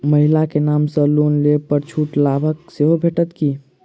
महिला केँ नाम सँ लोन लेबऽ पर छुटक लाभ सेहो भेटत की?